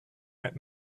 had